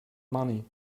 money